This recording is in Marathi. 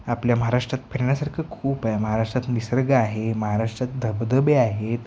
आपल्या महाराष्ट्रात फिरण्यासारखं खूप आहे महाराष्ट्रात निसर्ग आहे महाराष्ट्रात धबधबे आहेत